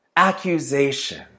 accusation